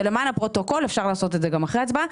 שלמען הפרוטוקול אפשר לעשות את זה גם אחרי הצבעה,